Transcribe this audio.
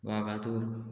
Vagator